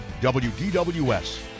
WDWS